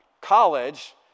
College